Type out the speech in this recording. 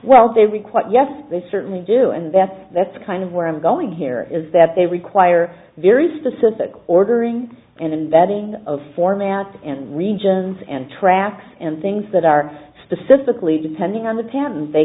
well they require yes they certainly do and that's that's kind of where i'm going here is that they require very specific ordering and vetting of formats and regions and traps and things that are specifically depending on the patent they